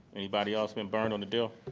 anybody else been burned on a deal?